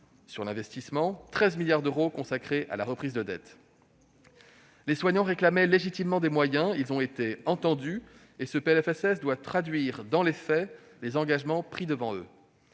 sur l'investissement et 13 milliards d'euros consacrés à la reprise de dette. Les soignants réclamaient légitimement des moyens : ils ont été entendus et ce PLFSS doit traduire dans les faits les engagements pris devant eux.